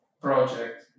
project